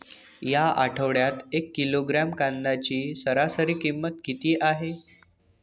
या आठवड्यात एक किलोग्रॅम कांद्याची सरासरी किंमत किती आहे?